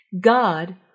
God